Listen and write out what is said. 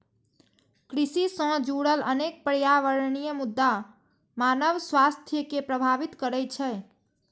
कृषि सं जुड़ल अनेक पर्यावरणीय मुद्दा मानव स्वास्थ्य कें प्रभावित करै छै